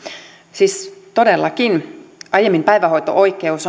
siis todellakin aiemmin päivähoito oikeus